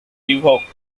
revoked